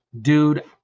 dude